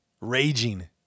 raging